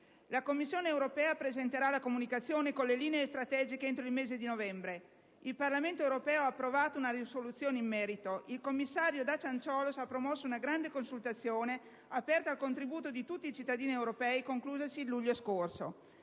La Commissione europea presenterà la comunicazione con le linee strategiche entro il mese di novembre. Il Parlamento europeo ha approvato una risoluzione in merito. Il commissario Dacian Ciolos ha promosso una grande consultazione aperta al contributo di tutti i cittadini europei conclusasi il luglio scorso.